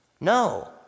no